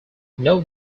note